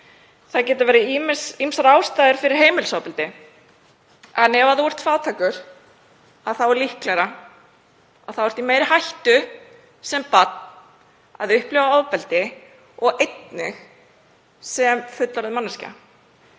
Það geta verið ýmsar ástæður fyrir heimilisofbeldi en ef þú ert fátækur þá er líklegra að þú sért í meiri hættu sem barn á að upplifa ofbeldi og einnig sem fullorðin manneskja